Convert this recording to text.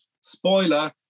spoiler